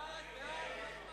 להלן: